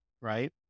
right